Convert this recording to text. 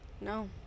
No